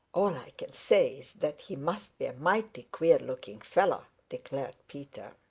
all i can say is that he must be a mighty queer looking fellow, declared peter.